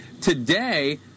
Today